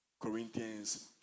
Corinthians